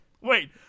Wait